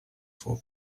for